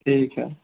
ठीक है